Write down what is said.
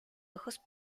ojos